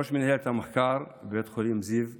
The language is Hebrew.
ראש מינהלת המחקר בבית חולים זיו בצפת.